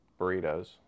Burritos